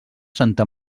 santa